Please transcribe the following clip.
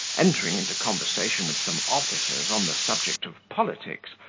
entering into conversation with some officers on the subject of politics,